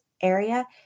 area